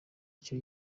icyo